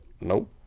nope